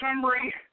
summary